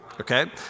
Okay